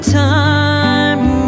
time